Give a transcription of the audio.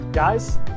guys